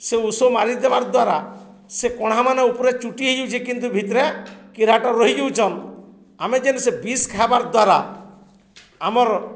ସେ ଉଷ ମାରିଦେବାର୍ ଦ୍ୱାରା ସେ କଣାମାନେ ଉପରେ ଚୁଟି ହେଇଯାଉଛେ କିନ୍ତୁ ଭିତରେ କିଡ଼ାଟ ରହିଯାଉଛନ୍ ଆମେ ଯେନ୍ ସେ ବୀଜ ଖାଇବାର୍ ଦ୍ୱାରା ଆମର୍